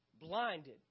Blinded